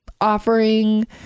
offering